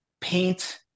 paint